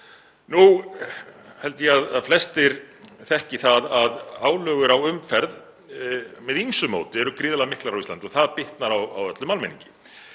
Nú held ég að flestir þekki það að álögur á umferð, með ýmsu móti, eru gríðarlega miklar á Íslandi og það bitnar á öllum almenningi.